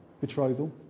betrothal